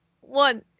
one